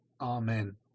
Amen